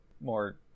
more